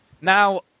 Now